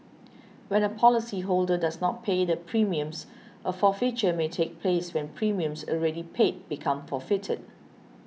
when a policyholder does not pay the premiums a forfeiture may take place where premiums already paid become forfeited